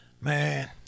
Man